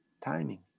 timing